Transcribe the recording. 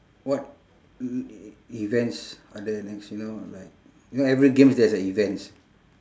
what e~ events are there next you know like you know every games there's a events